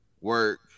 work